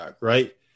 right